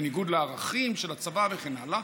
בניגוד לערכים של הצבא וכן הלאה,